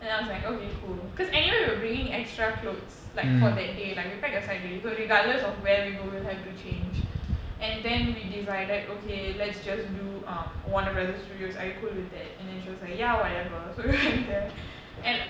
then I was like okay cool because anyway we were bringing extra clothes like for that day like we packed a so regardless of where we go we'll have to change and then we decided okay let's just do um warner brothers studios are you cool with that and then she was like ya whatever so we went there and